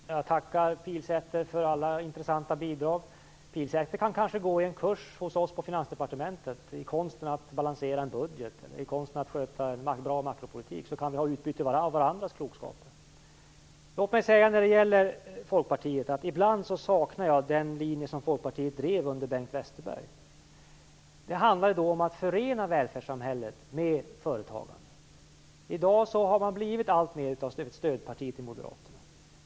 Fru talman! Jag tackar Pilsäter för alla intressanta bidrag. Pilsäter kanske kan gå en kurs hos oss på Finansdepartementet i konsten att balansera en budget och konsten att sköta en bra makropolitik. Så kan vi ha utbyte av varandras klokskaper. Ibland saknar jag den linje som Folkpartiet drev under Bengt Westerberg. Det handlade då om att förena välfärdssamhället med företagande. I dag har Folkpartiet blivit alltmer av stödparti åt Moderaterna.